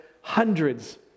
Hundreds